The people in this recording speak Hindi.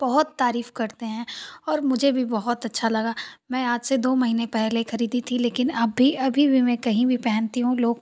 बहुत तारीफ़ करते हैं और मुझे भी बहुत अच्छा लगा मैं आज से दो महीने पहले खरीदी थी लेकिन अब भी अभी भी मैं कहीं भी पहनती हूँ लोग